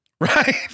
Right